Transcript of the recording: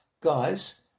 guys